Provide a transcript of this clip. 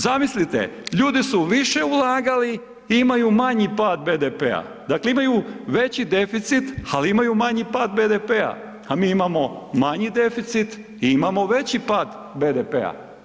Zamislite, ljudi su više ulagali i imaju manji pad BDP-a, dakle imaju veći deficit ali imaju manji pad BDP-a a mi imamo manji deficit i imamo veći pad BDP-a.